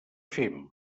fem